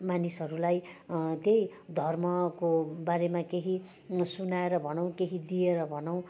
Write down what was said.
मानिसहरूलाई त्यही धर्मको बारेमा केही सुनाएर भनौँ केही दिएर भनौँ